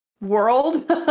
world